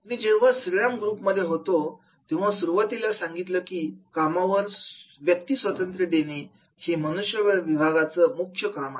मी जेव्हा श्रीराम ग्रुप मध्ये होतो तेव्हा सुरुवातीला सांगितलं की कामावर व्यक्तीस्वातंत्र्य देणे हे मनुष्यबळ विभागाचं मुख्य काम आहे